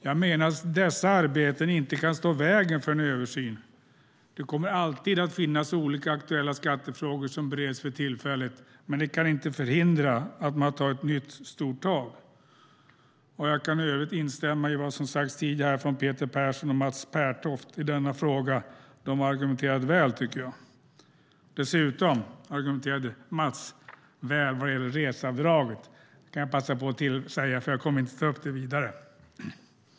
Jag menar att dessa arbeten inte ska stå i vägen för en översyn. Det kommer alltid att finnas olika aktuella skattefrågor som bereds för tillfället, men de kan inte förhindra nya tag. Jag kan i övrigt instämma i vad Peter Persson och Mats Pertoft har sagt i denna fråga. De har argumenterat väl. Dessutom argumenterade Mats väl vad gäller reseavdraget. Jag passar på att säga det nu eftersom jag inte har för avsikt att ta upp frågan igen.